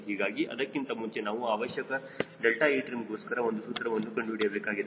ಹೀಗಾಗಿ ಅದಕ್ಕಿಂತ ಮುಂಚೆ ನಾವು ಅವಶ್ಯಕ 𝛿etrimಗೋಸ್ಕರ ಒಂದು ಸೂತ್ರವನ್ನು ಕಂಡುಹಿಡಿಯಬೇಕಾಗಿದೆ